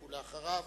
אחריו,